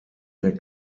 mehr